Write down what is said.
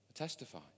Testify